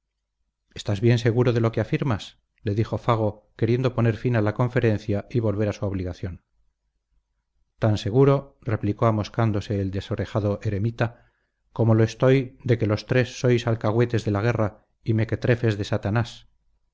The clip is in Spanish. estás bien seguro de lo que afirmas le dijo fago queriendo poner fin a la conferencia y volver a su obligación tan seguro replicó amoscándose el desorejado eremita como lo estoy de que los tres sois alcahuetes de la guerra y mequetrefes de satanás